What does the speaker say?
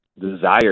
desire